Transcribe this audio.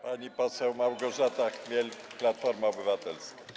Pani poseł Małgorzata Chmiel, Platforma Obywatelska.